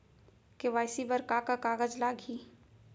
KYC बर का का कागज लागही?